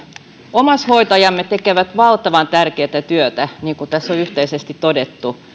omaishoitajamme tekevät valtavan tärkeätä työtä niin kuin tässä on yhteisesti todettu